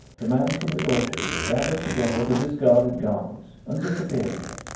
the man from the orchard gathered together the discarded garments and disappeared again.